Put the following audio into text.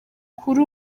kuri